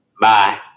Bye